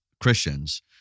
Christians